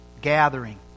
gathering